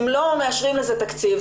אם לא מאשרים לזה תקציב,